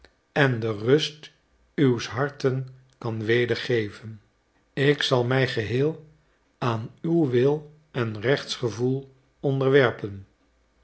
en de rust uws harten kan wedergeven ik zal mij geheel aan uw wil en rechtsgevoel onderwerpen